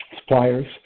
suppliers